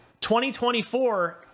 2024